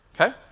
Okay